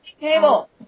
table